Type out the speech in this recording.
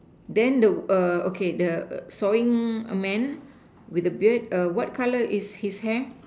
then the err okay the err sawing man with the beard err what color is his hair